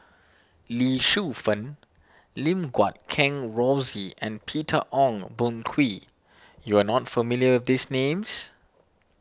Lee Shu Fen Lim Guat Kheng Rosie and Peter Ong Boon Kwee you are not familiar with these names